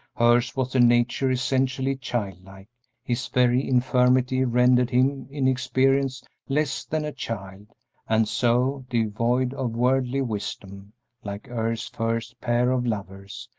hers was a nature essentially childlike his very infirmity rendered him in experience less than a child and so, devoid of worldly wisdom like earth's first pair of lovers,